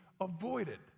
avoided